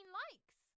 likes